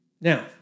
Now